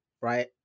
right